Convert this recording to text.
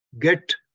get